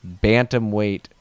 Bantamweight